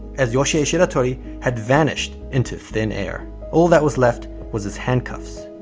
as yoshie shiratori had vanished into thin air. all that was left was his handcuffs.